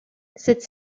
cette